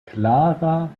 clara